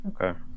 Okay